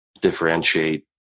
differentiate